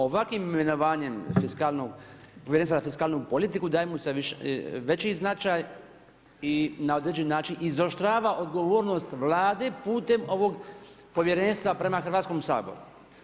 Ovakvim imenovanjem povjerenstva za fiskalnu politiku, daje mu veći značaj i na određeni način izoštrava odgovornost Vlade putem ovog povjerenstva prema Hrvatskog sabora.